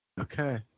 Okay